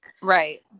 right